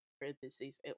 parentheses